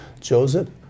Joseph